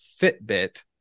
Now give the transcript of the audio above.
Fitbit